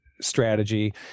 strategy